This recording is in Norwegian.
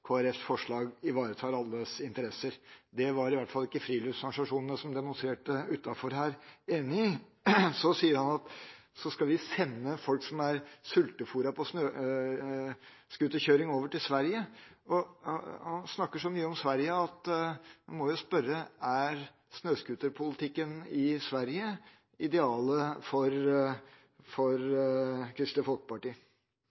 forslag ivaretar alles interesser. Det var i hvert fall ikke friluftsorganisasjonene som demonstrerte utenfor her, enig i. Så sier han at vi skal sende folk «som er sultefôret på scooterkjøring» over til Sverige. Han snakker så mye om Sverige at jeg må spørre: Er snøscooterpolitikken i Sverige idealet for